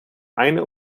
eine